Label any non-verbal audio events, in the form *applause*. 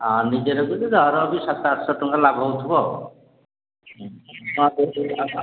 ଆଉ ନିଜେ ଦେଖିଛନ୍ତି ଧର ବି ସାତ ଆଠ ଶହ ଟଙ୍କା ଲାଭ ହେଉଥିବ *unintelligible* ହଁ କୁହନ୍ତୁ